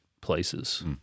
places